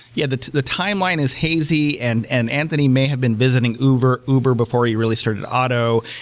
yeah the the timeline is hazy and and anthony may have been visiting uber uber before he really started otto.